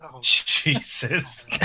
Jesus